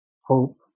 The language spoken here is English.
hope